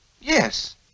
Yes